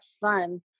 fun